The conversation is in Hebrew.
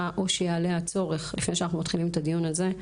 או שיעלה הצורך לפני שאנחנו מתחילים את הדיון הזה,